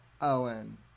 Owen